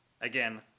Again